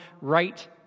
right